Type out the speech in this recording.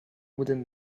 within